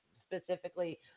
specifically